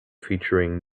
featuring